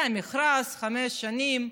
היה מכרז לחמש שנים,